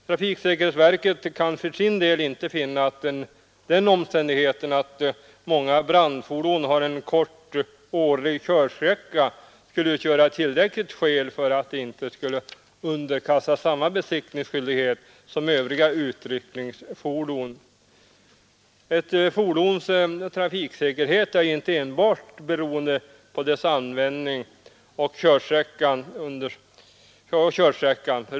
Trafiksäkerhetsverket kan för sin del inte finna att den omständigheten att många brandfordon har en kort årlig körsträcka skulle utgöra tillräckligt skäl för att de inte skulle underkastas samma besiktningsskyldighet som övriga utryckningsfordon. Ett fordons trafiksäkerhet är ju inte enbart beroende på dess användning och körsträcka.